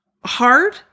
hard